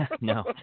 No